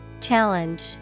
Challenge